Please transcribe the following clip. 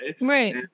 right